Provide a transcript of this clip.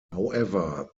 however